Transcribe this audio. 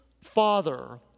Father